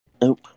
Nope